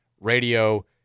radio